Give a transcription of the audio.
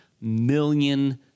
million